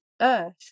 Earth